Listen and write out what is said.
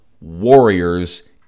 warriors